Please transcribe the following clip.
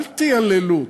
אל תייללו.